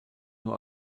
nur